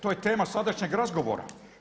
To je tema sadašnjeg razgovora.